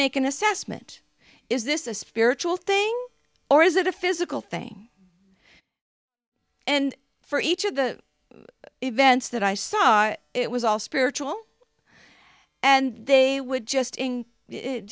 make an assessment is this a spiritual thing or is it a physical thing and for each of the events that i saw it was all spiritual and they would just